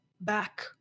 back